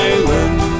Island